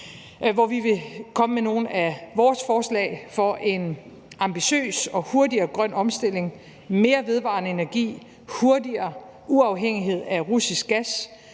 hvor vi vil komme med nogle af vores forslag til en ambitiøs og hurtigere grøn omstilling, mere vedvarende energi, hurtigere uafhængighed af russisk gas